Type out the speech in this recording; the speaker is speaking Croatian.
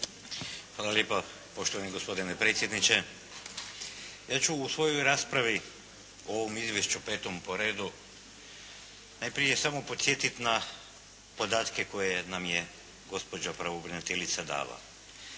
Hvala lijepo poštovani gospodine predsjedniče. Ja ću u svojoj raspravi, u ovom svom izvješću petom po redu najprije samo podsjetit na podatke koje nam je gospođa pravobraniteljica dala.